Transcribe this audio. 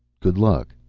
good luck.